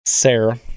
Sarah